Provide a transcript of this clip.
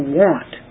want